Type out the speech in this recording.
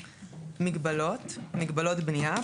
"מגבלות" מגבלות בנייה,